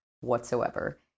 whatsoever